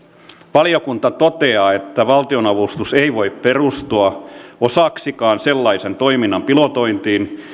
valiokunta toteaa että valtionavustus ei voi perustua osaksikaan sellaisen toiminnan pilotointiin